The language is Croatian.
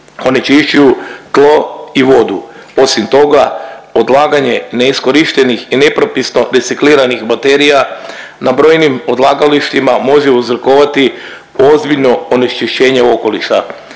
onečišćuju tlo i vodu. Osim toga, odlaganje neiskorištenih i nepropisno recikliranih baterija na brojim odlagalištima može uzrokovati ozbiljno onečišćenje okoliša.